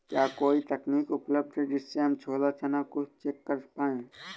क्या कोई तकनीक उपलब्ध है जिससे हम छोला चना को चेक कर पाए?